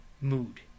mood